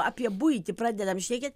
apie buitį pradedam šnekėt